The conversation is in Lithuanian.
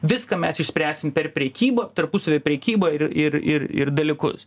viską mes išspręsim per prekybą tarpusavio prekyba ir ir ir ir dalykus